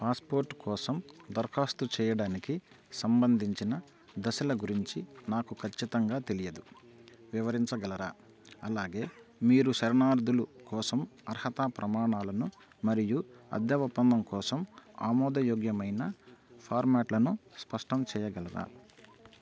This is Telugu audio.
పాస్పోర్ట్ కోసం దరఖాస్తు చేయడానికి సంబంధించిన దశల గురించి నాకు ఖచ్చితంగా తెలియదు వివరించగలరా అలాగే మీరు శరణార్థులు కోసం అర్హతా ప్రమాణాలను మరియు అద్దె ఒప్పందం కోసం ఆమోదయోగ్యమైన ఫార్మాట్లను స్పష్టం చేయగలరా